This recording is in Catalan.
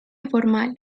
informal